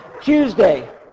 Tuesday